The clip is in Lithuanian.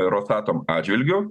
rosatom atžvilgiu